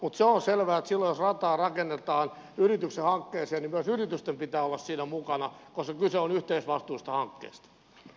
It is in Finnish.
mutta se on selvää että silloin jos rataa rakennetaan yrityksen hankkeeseen myös yritysten pitää olla siinä mukana koska kyse on yhteisvastuullisesta hankkeesta